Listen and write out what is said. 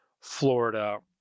Florida